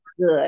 good